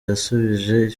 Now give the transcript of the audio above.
yasubije